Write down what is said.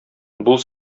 бул